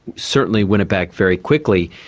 certainly win it back very quickly.